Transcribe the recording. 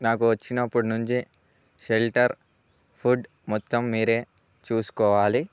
నాకు వచ్చినప్పటి నుంచి షెల్టర్ ఫుడ్ మొత్తం మీరే చూసుకోవాలి